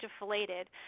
deflated